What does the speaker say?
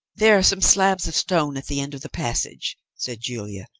there are some slabs of stone at the end of the passage, said julia.